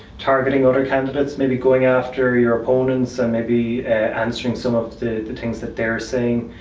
targeting other candidates, maybe going after your opponents and maybe answering some of the things that their saying.